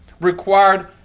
required